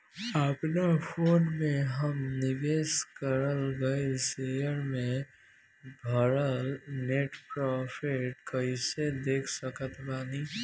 अपना फोन मे हम निवेश कराल गएल शेयर मे भएल नेट प्रॉफ़िट कइसे देख सकत बानी?